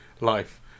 Life